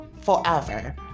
forever